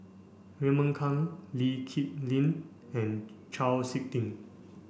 Raymond Kang Lee Kip Lin and Chau Sik Ting